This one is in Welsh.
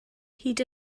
hyd